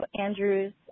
Andrew's